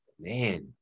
Man